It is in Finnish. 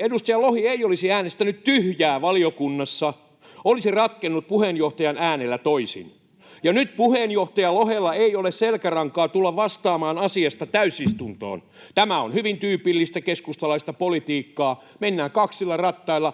edustaja Lohi ei olisi äänestänyt tyhjää valiokunnassa, asia olisi ratkennut puheenjohtajan äänellä toisin. [Leena Meri: Niinpä!] Nyt puheenjohtaja Lohella ei ole selkärankaa tulla vastaamaan asiasta täysistuntoon. Tämä on hyvin tyypillistä keskustalaista politiikkaa: mennään kaksilla rattailla.